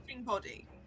body